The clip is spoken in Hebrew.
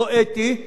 אני חייב לומר,